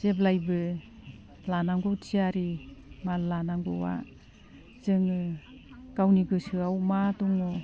जेब्लायबो लानांगौ थियारि माल लानांगौआ जोङो गावनि गोसोआव मा दङ